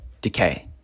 decay